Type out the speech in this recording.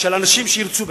של אנשים שירצו בכך,